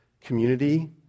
community